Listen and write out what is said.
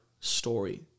story